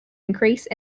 increase